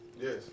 Yes